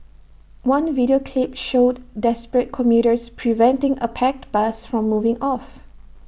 one video clip showed desperate commuters preventing A packed bus from moving off